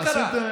מה קרה?